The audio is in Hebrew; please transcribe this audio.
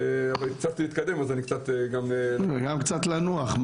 אבל אני מתקדם אז --- וגם קצת לנוח.